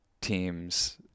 teams